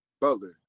Butler